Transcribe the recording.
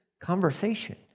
conversation